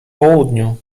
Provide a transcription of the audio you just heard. południu